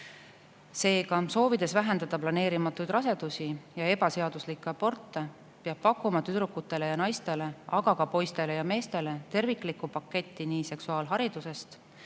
Seega, soovides vähendada planeerimata rasedusi ja ebaseaduslikke aborte, peab pakkuma tüdrukutele ja naistele, aga ka poistele ja meestele terviklikku paketti seksuaalharidusest,